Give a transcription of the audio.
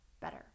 better